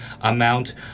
amount